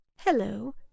Hello